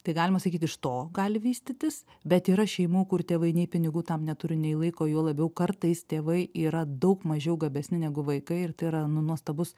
tai galima sakyt iš to gali vystytis bet yra šeimų kur tėvai nei pinigų tam neturi nei laiko juo labiau kartais tėvai yra daug mažiau gabesni negu vaikai ir tai yra nu nuostabus